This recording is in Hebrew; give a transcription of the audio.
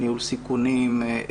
ניהול סיכונים,